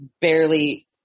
barely